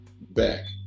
back